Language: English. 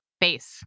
Base